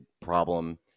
problem